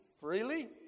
freely